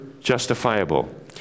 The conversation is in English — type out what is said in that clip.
justifiable